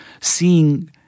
seeing